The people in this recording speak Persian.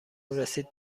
رسید